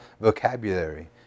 vocabulary